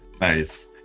Nice